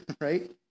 right